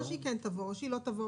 או שהיא כן תבוא או שהיא לא תבוא.